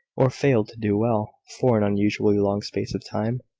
or failed to do well, for an unusually long space of time.